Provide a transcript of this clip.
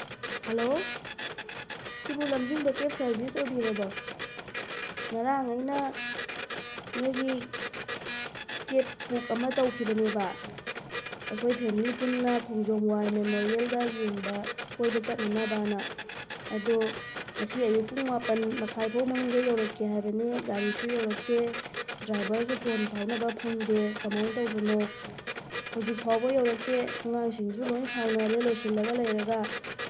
hello ꯁꯤꯕꯨ ꯂꯝꯖꯤꯡꯕ cab service ꯑꯣꯏꯕꯤꯔꯕꯣ ꯉꯔꯥꯡ ꯑꯩꯅ ꯅꯣꯏꯒꯤ ꯀꯦꯞꯁ ꯕꯨꯛ ꯑꯃ ꯇꯧꯈꯤꯕꯅꯦꯕ ꯑꯩꯈꯣꯏ ꯐꯦꯃꯦꯂꯤ ꯄꯨꯟꯅ ꯈꯣꯡꯖꯣꯝ ꯋꯥꯔ ꯃꯦꯃꯣꯔꯤꯌꯦꯜꯗ ꯌꯦꯡꯕ ꯀꯣꯏꯕ ꯆꯠꯅꯅꯕꯅ ꯑꯗꯣ ꯉꯁꯤ ꯑꯌꯨꯛ ꯄꯨꯡ ꯃꯄꯥꯜ ꯃꯈꯥꯏꯕꯨꯛ ꯃꯅꯨꯡꯗ ꯌꯧꯔꯛꯀꯦ ꯍꯥꯏꯕꯅꯤ ꯒꯥꯔꯤꯁꯨ ꯌꯧꯔꯛꯇꯦ ꯗ꯭ꯔꯥꯏꯚꯔꯁꯨ ꯐꯣꯟ ꯐꯥꯎꯅꯕ ꯐꯪꯗꯦ ꯀꯃꯥꯏ ꯇꯧꯕꯅꯣ ꯍꯧꯖꯤꯛ ꯐꯥꯎꯕ ꯌꯧꯔꯛꯇꯦ ꯑꯉꯥꯡꯁꯤꯡꯁꯨ ꯂꯣꯏ ꯁꯥꯎꯅꯔꯦ ꯂꯣꯏꯁꯤꯜꯂꯒ ꯂꯩꯔꯒ